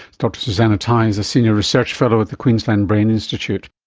dr susannah tye is a senior research fellow at the queensland brain institute